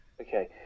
Okay